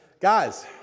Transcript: Guys